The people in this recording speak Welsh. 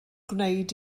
gwneud